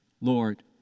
Lord